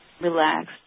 relaxed